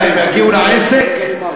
שיגיעו לעבודה, בסדר?